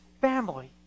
family